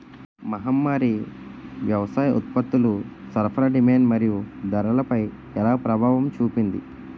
మహమ్మారి వ్యవసాయ ఉత్పత్తుల సరఫరా డిమాండ్ మరియు ధరలపై ఎలా ప్రభావం చూపింది?